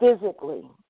physically